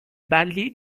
ballet